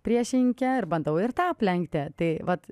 priešininkę ir bandau ir tą aplenkti tai vat